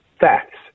facts